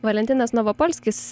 valentinas novopolskis